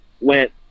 went